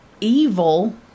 evil